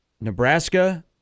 Nebraska